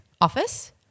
office